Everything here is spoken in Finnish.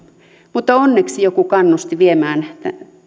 mutta onneksi joku kannusti